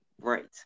Right